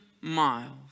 miles